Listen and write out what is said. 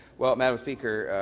well, madam speaker,